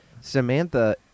Samantha